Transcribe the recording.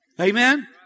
Amen